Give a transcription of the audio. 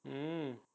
mm